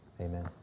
Amen